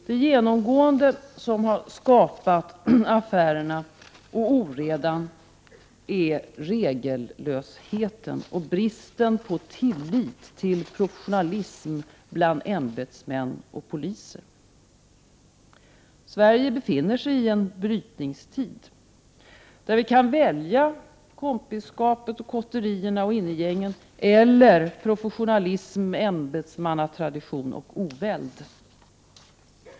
Det som genomgående har skapat affären och oredan är regellösheten och bristen på tillit till professionalism bland ämbetsmän och poliser. Sverige befinner sig i en brytningstid där vi kan välja kompisskapet, kotterierna och innegängen eller professionalism, ämbetsmannatradition och oväld.